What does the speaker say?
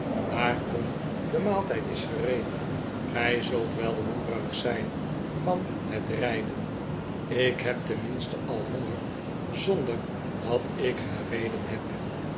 maar kom de maaltijd is gereed gij zult wel hongerig zijn van het rijden ik heb tenminste al honger zonder dat ik gereden heb